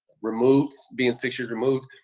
removed, being six years removed,